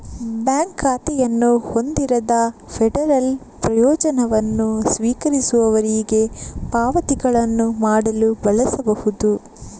bank ಖಾತೆಯನ್ನು ಹೊಂದಿರದ federal ಪ್ರಯೋಜನವನ್ನು ಸ್ವೀಕರಿಸುವವರಿಗೆ ಪಾವತಿಗಳನ್ನು ಮಾಡಲು ಬಳಸಬಹುದು